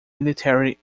military